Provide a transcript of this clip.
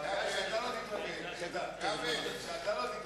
חבר הכנסת זאב אלקין נתקבלה.